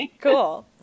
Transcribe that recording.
Cool